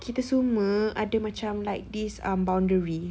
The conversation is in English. kita semua macam ada like this um boundary